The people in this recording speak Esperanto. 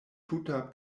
tuta